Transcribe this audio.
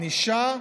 ענישה.